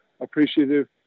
appreciative